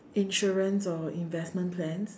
insurance or investment plans